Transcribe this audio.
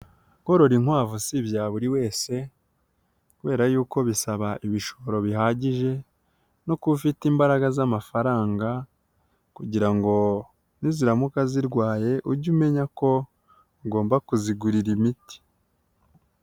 Korora inkwavu si ibya buri wese kubera yuko bisaba ibishoro bihagije no kuba ufite imbaraga z'amafaranga kugira ngo niziramuka zirwaye ujye umenya ko ugomba kuzigurira imiti.